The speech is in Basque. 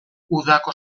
udako